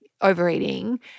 overeating